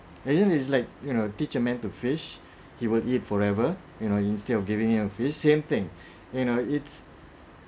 and then is like you know teach a man to fish he will eat forever you know instead of giving him a fish same thing you know it's